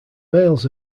males